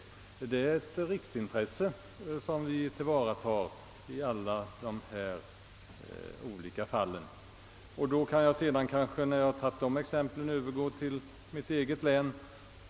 Det är ett riksintresse som vi tillvaratar i alla de olika fallen. Efter att ha redovisat dessa exempel kan jag kanske få övergå till mitt eget län.